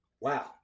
Wow